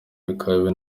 bikaba